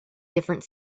different